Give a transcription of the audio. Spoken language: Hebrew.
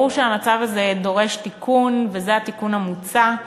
ברור שהמצב הזה דורש תיקון, וזה התיקון המוצע.